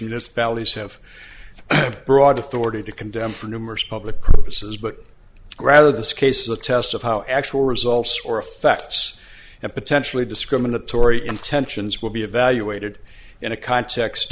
municipalities have broad authority to condemn for numerous public purposes but rather this case is a test of how actual results or effects and potentially discriminatory intentions will be evaluated in a context